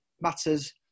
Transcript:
matters